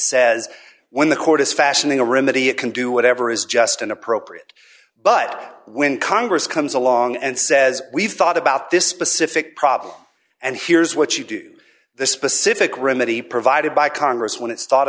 says when the court is fashioning a remedy it can do whatever is just inappropriate but when congress comes along and says we've thought about this specific problem and here's what you do the specific remedy provided by congress when it's thought